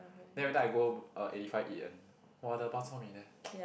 then every time I go uh eighty five eat one !wah! the bak chor mee there